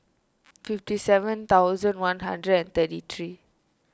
fifty seven thousand one hundred and thirty three